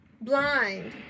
blind